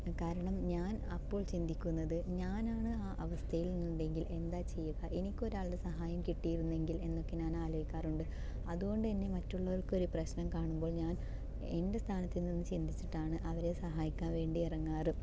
കാരണം ഞാൻ അപ്പോൾ ചിന്തിക്കുന്നത് ഞാനാണ് ആ അവസ്ഥയിൽ ഉണ്ടെങ്കിൽ എന്താ ചെയ്യുക എനിക്കൊരാളുടെ സഹായം കിട്ടിയിരുന്നെങ്കിൽ എന്നൊക്കെ ഞാൻ ആലോചിക്കാറുണ്ട് അതുകൊണ്ടു തന്നെ മറ്റുള്ളവർക്കൊരു പ്രശ്നം കാണുമ്പോൾ ഞാൻ എൻ്റെ സ്ഥാനത്തു നിന്ന് ചിന്തിച്ചിട്ടാണ് അവരെ സഹായിക്കാൻ വേണ്ടി ഇറങ്ങാറ്